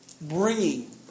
bringing